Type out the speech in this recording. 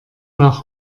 nach